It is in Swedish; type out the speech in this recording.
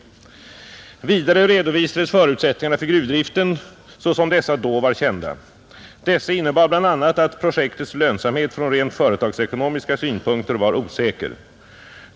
Vidare redovisades förutsättningarna för gruvdriften, såsom dessa då var kända, De innebar bl, a, att projektets lönsamhet från rent företagsekonomiska synpunkter var osäker.